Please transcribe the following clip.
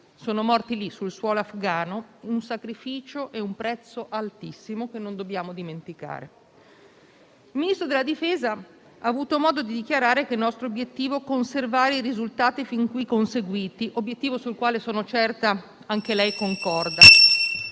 sono morti lì, sul suolo afghano: un sacrificio e un prezzo altissimo che non dobbiamo dimenticare. Il Ministro della difesa ha avuto modo di dichiarare che il nostro obiettivo è conservare i risultati fin qui conseguiti; obiettivo sul quale sono certa che anche lei concorda.